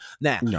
Now